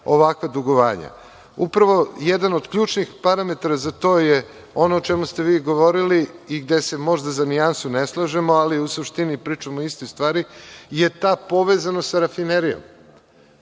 ovakva dugovanja. Upravo jedan od ključnih parametara za to je, ono o čemu ste vi govorili i gde se možda za nijansu ne slažemo, ali u suštini pričamo o istoj stvari, je ta povezanost sa „Rafinerijom“.